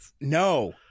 no